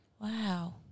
Wow